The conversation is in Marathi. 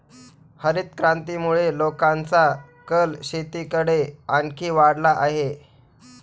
हरितक्रांतीमुळे लोकांचा कल शेतीकडे आणखी वाढला आहे